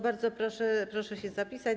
Bardzo proszę, proszę się zapisać.